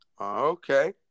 Okay